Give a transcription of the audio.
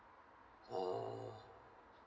ah